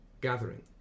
gathering